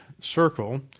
circle